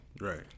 Right